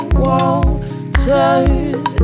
waters